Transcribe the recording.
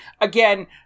again